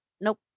Nope